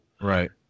Right